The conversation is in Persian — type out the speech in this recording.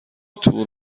تور